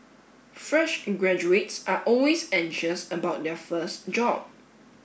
fresh graduates are always anxious about their first job